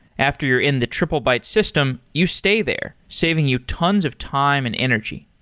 after you're in the triplebyte system, you stay there, saving you tons of time and energy.